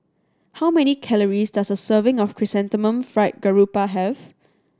how many calories does a serving of Chrysanthemum Fried Garoupa have